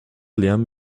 liam